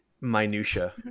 minutia